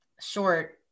short